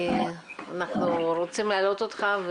אנחנו רוצים להעלות אותך.